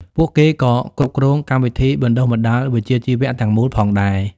ពួកគេក៏គ្រប់គ្រងកម្មវិធីបណ្តុះបណ្តាលវិជ្ជាជីវៈទាំងមូលផងដែរ។